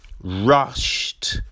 rushed